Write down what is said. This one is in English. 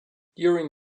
during